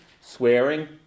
Swearing